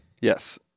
yes